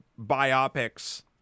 biopics